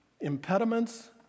impediments